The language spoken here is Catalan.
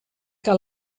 que